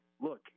look